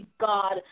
God